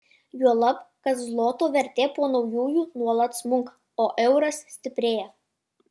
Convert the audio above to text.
juolab kad zloto vertė po naujųjų nuolat smunka o euras stiprėja